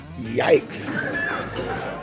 Yikes